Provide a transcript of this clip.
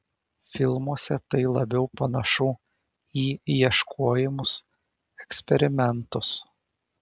filmuose tai labiau panašu į ieškojimus eksperimentus